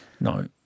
No